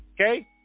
Okay